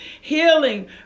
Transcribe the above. healing